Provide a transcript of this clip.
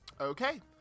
Okay